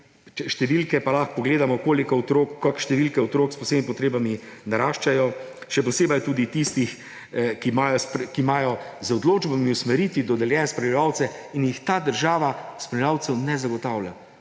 številke pa lahko pogledamo, koliko otrok, kako številke otrok s posebnimi potrebami naraščajo, še posebej tudi tistih, ki imajo z odločbami o usmeritvi dodeljene spremljevalce in jih ta država, spremljevalcev, ne zagotavlja.